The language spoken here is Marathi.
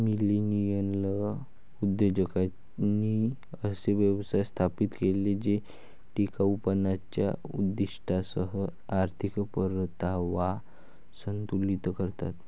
मिलेनियल उद्योजकांनी असे व्यवसाय स्थापित केले जे टिकाऊपणाच्या उद्दीष्टांसह आर्थिक परतावा संतुलित करतात